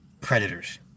Predators